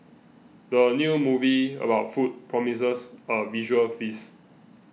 the new movie about food promises a visual feast